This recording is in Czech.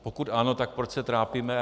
Pokud ano, tak proč se trápíme?